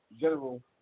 General